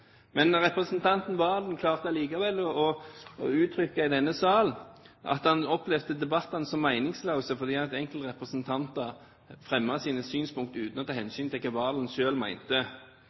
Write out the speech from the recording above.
Men representanten Serigstad Valen klarte likevel å gi uttrykk for i denne salen at han opplevde debattene som «meningsløse», fordi enkelte representanter fremmer sine synspunkter uten å ta hensyn til det Serigstad Valen